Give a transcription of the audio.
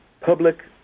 public